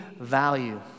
value